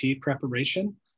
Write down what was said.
preparation